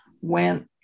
went